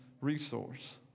resource